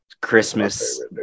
christmas